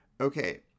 okay